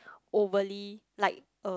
overly like uh